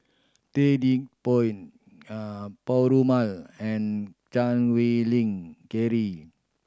Ted De Ponti Perumal and Chan Wei Ling Cheryl